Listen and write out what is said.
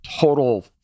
total